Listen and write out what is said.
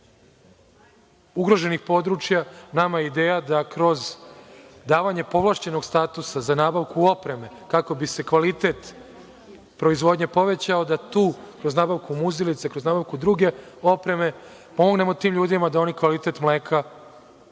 ugroženih područja nama je ideja da kroz davanje povlašćenog statusa za nabavku opreme, kako bi se kvalitet proizvodnje povećao, da tu kroz nabavku muzilica, kroz nabavku druge opreme pomognemo tim ljudima da oni kvalitet svog mleka